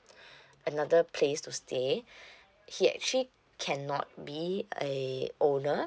another place to stay he actually cannot be a owner